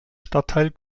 stadtteil